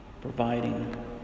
providing